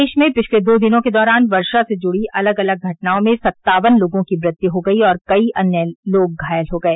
प्रदेश में पिछले दो दिनों के दौरान वर्षा से जुड़ी अलग अलग घटनाओं में सत्तावन लोगों की मृत्यु हो गई और कई अन्य लोग घायल हो गए